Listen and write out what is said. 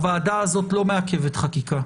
הוועדה הזאת לא מעכבת חקיקה.